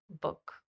book